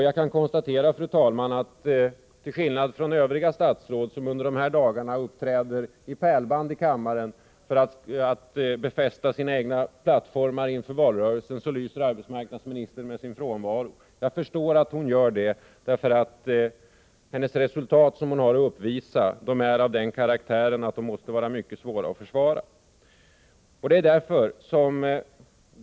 Jag kan konstatera, fru talman, att till skillnad från övriga statsråd, som under de här dagarna uppträder — som i ett pärlband — i kammaren för att befästa sina plattformar inför valrörelsen, så lyser arbetsmarknadsministern med sin frånvaro. Jag förstår att hon gör det, för de resultat som hon har att uppvisa är av den karaktären att de måste vara mycket svåra att försvara.